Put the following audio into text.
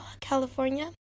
California